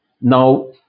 Now